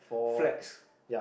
flex